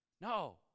No